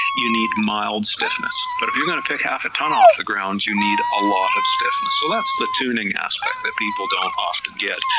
you need mild stiffness, but if you're going to pick half a ton off the ground you need a lot of stiffness, so that's the tuning aspect that people don't often get,